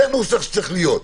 זה הנוסח שצריך להיות.